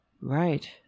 Right